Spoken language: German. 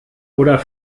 oder